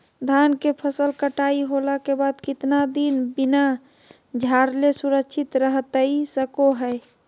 धान के फसल कटाई होला के बाद कितना दिन बिना झाड़ले सुरक्षित रहतई सको हय?